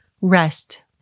rest